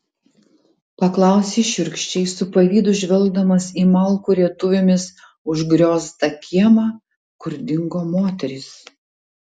paklausė šiurkščiai su pavydu žvelgdamas į malkų rietuvėmis užgrioztą kiemą kur dingo moterys